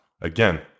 again